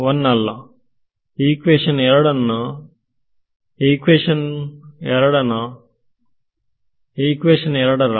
1 ಅಲ್ಲ ಇಕ್ವೇಶನ್ 2 ನ ಡಿನೋಮಿನೇಟರ್ ಏನು